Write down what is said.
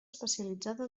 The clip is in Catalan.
especialitzada